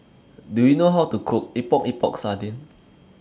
Do YOU know How to Cook Epok Epok Sardin